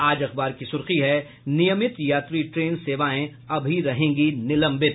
आज अखबार की सुर्खी है नियमित यात्री ट्रेन सेवाएं अभी रहेंगी निलंबित